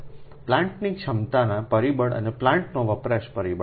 6 છે પ્લાન્ટની ક્ષમતાના પરિબળ અને પ્લાન્ટનો વપરાશ પરિબળ અનુક્રમે 0